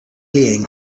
alien